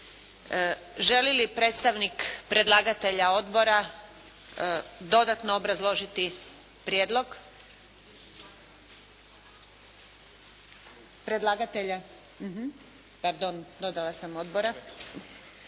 Želi li predstavnik predlagatelja odbora dodatno obrazložiti prijedlog? Predlagatelja, pardon dodala sam odbora.